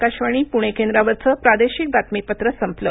आकाशवाणी प्णे केंद्रावरचं प्रादेशिक बातमीपत्र संपलं